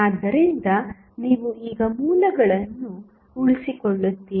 ಆದ್ದರಿಂದ ನೀವು ಈಗ ಮೂಲಗಳನ್ನು ಉಳಿಸಿಕೊಳ್ಳುತ್ತೀರಿ